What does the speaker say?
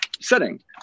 setting